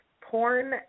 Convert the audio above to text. porn